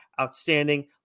outstanding